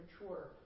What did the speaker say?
mature